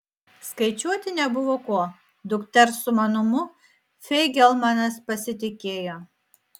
skaičiuoti nebuvo ko dukters sumanumu feigelmanas pasitikėjo